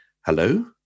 hello